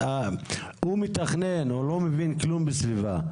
הוא מתכנן, הוא לא מבין כלום בסביבה.